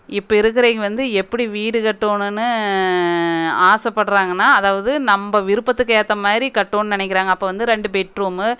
இப்போ இருக்கிறவங்க வந்து எப்படி வீடு கட்டணும்னு ஆசைப்படுறாங்கன்னா அதாவது நம்ப விருப்பத்துக்கு ஏற்ற மாதிரி கட்டணும்னு நினக்கிறாங்க அப்போது வந்து ரெண்டு பெட் ரூம்மு